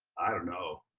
i don't know.